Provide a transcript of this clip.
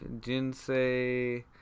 Jinsei